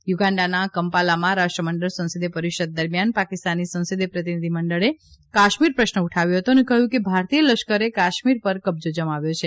યુગાન્ડાના કંપાલામાં રાષ્ટ્રમંડળ સંસદીય પરિષદ દરમિયાન પાકિસ્તાની સંસદીય પ્રતિભિધિમંડળે કાશ્મીર પ્રશ્ન ઉઠાવ્યો હતો અને કહયું કે ભારતીય લશ્કરે કાશ્મીર પર કબજા જમાવ્યો છે